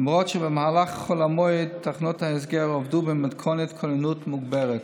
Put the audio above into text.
למרות שבמהלך חול המועד תחנות ההסגר עבדו במתכונת כוננות מוגברת.